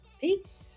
Peace